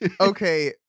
Okay